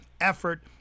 effort